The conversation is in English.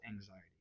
anxiety